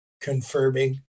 confirming